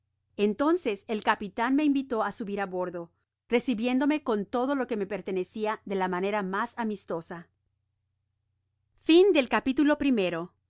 entonces el capitan me invitó á subir á bordo recibiéndome con todo lo que me pertenecía de la manera mas amistosa